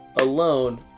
alone